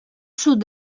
sud